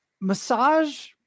Massage